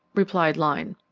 replied lyne.